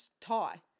tie